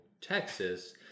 texas